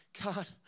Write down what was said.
God